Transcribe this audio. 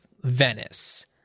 Venice